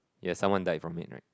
yeah someone died from it right